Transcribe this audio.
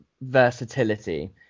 versatility